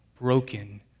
broken